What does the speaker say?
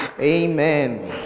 Amen